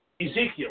Ezekiel